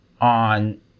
on